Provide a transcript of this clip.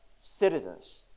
citizens